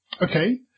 Okay